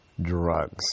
drugs